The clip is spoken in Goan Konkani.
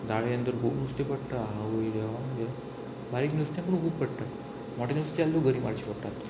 जाळयेन तर खूब नुस्तें पडटा आवोय देवा म्हाज्या बारीक नुस्तें पूण खूब पडटा मोटें नुस्तें आसल्यार तुका गरी मारची पडटा